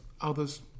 others